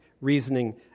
reasoning